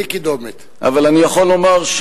אבל אני יכול לומר,